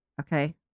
Okay